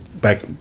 Back